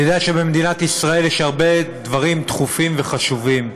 אני יודע שבמדינת ישראל יש הרבה דברים דחופים וחשובים,